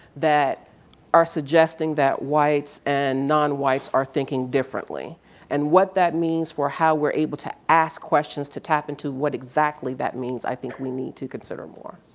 that are suggesting that whites and non-whites are thinking differently and what that means for how we're able to ask questions to tap into what exactly that means i think we need to consider more.